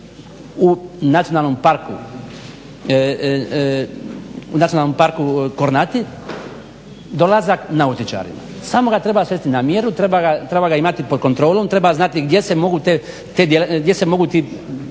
u Nacionalnom parku Kornati dolazak nautičarima. Samo ga treba svesti na mjeru, treba ga imati pod kontrolom, treba znati gdje se mogu ta